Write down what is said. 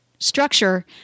structure